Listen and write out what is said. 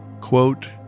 quote